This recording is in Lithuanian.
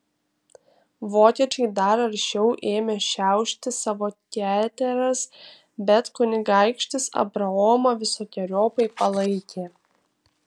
vokiečiai dar aršiau ėmė šiaušti savo keteras bet kunigaikštis abraomą visokeriopai palaikė